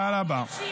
הוא דואג לנשים.